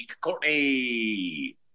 Courtney